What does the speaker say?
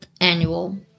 annual